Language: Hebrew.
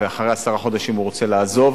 ואחרי עשרה חודשים הוא רוצה לעזוב,